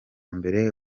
mbere